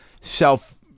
self